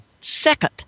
second